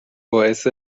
باعث